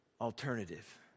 alternative